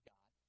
God